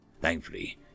Thankfully